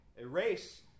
Erase